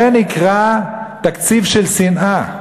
זה נקרא תקציב של שנאה.